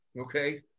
Okay